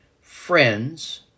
friends